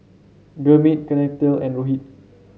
Gurmeet Kaneganti and Rohit